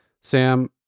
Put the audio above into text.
Sam